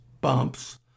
bumps